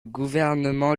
gouvernement